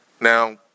Now